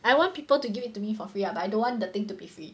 I want people to give it to me for free lah but I don't want the thing to be free